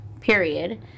period